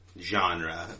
genre